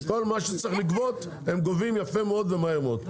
כל מה שצריך לגבות הם גובים יפה מאוד ומהר מאוד.